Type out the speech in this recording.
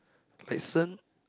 listen